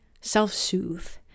self-soothe